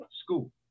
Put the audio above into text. school